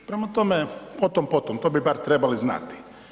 Prema tome, o tom potom, to bi bar trebali znati.